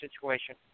situation